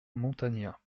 montagnat